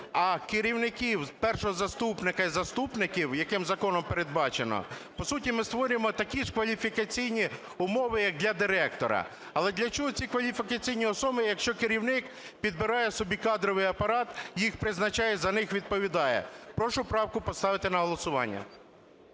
а керівників, першого заступника і заступників, які законом передбачено, по суті, ми створюємо такі ж кваліфікаційні умови, як для директора. Але для чого ці кваліфікаційні умови, якщо керівник підбирає собі кадровий апарат, їх призначає, за них відповідає? Прошу правку поставити на голосування.